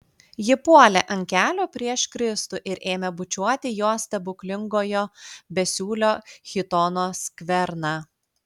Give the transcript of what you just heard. ji puolė ant kelių prieš kristų ir ėmė bučiuoti jo stebuklingojo besiūlio chitono skverną